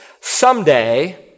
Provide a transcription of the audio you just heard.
Someday